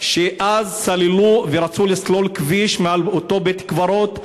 ואז סללו ורצו לסלול כביש מעל אותו בית-קברות,